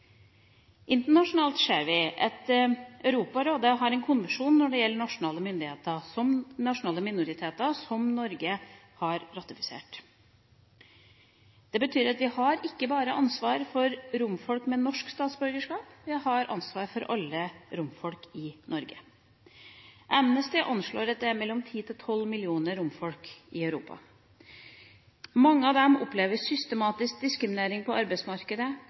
Internasjonalt ser vi at Europarådet har en konvensjon om nasjonale minoriteter som Norge har ratifisert. Det betyr at vi ikke bare har ansvar for romer med norsk statsborgerskap, vi har ansvar for alle romene i Norge. Amnesty anslår at det er mellom 10 og 12 millioner romer i Europa. Mange av dem opplever systematisk diskriminering på arbeidsmarkedet,